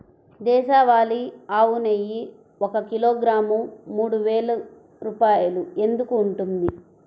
దేశవాళీ ఆవు నెయ్యి ఒక కిలోగ్రాము మూడు వేలు రూపాయలు ఎందుకు ఉంటుంది?